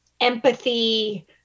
empathy